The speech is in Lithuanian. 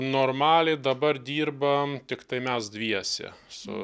normaliai dabar dirbam tiktai mes dviese su